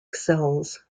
cells